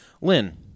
Lynn